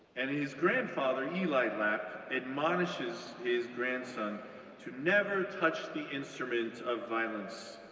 and his grandfather, eli lapp, admonishes his grandson to never touch the instrument of violence,